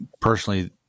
personally